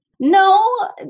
No